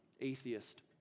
atheist